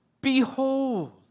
Behold